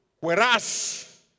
whereas